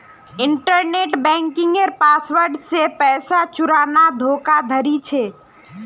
internet बन्किंगेर password से पैसा चुराना धोकाधाड़ी छे